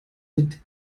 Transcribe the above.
mit